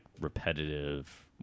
repetitive